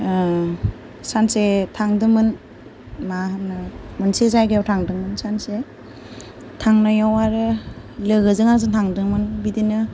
सानसे थांदोमोन मा होनो मोनसे जायगायाव थांदोमोन सानसे थांनायाव आरो लोगोजों आंजों थांदोंमोन बिदिनो